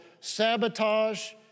sabotage